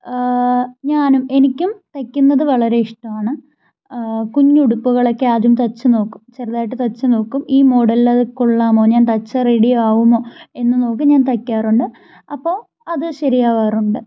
ഞാനും എനിക്കും തയ്ക്കുന്നത് വളരെ ഇഷ്ടമാണ് കുഞ്ഞുടുപ്പുകളൊക്കെ ആദ്യം തയ്ച്ച് നോക്കും ചെറുതായിട്ട് തയ്ച്ച് നോക്കും ഈ മോഡലിലത് കൊള്ളാമോ ഞാൻ തയ്ച്ചാൽ റെഡിയാകുമോ എന്ന് നോക്കി ഞാൻ തയ്ക്കാറുണ്ട് അപ്പോൾ അത് ശരിയാവാറുണ്ട്